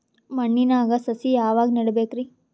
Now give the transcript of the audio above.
ಮಣ್ಣಿನಾಗ ಸಸಿ ಯಾವಾಗ ನೆಡಬೇಕರಿ?